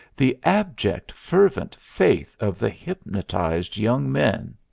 the abject, fervent faith of the hypnotized young men.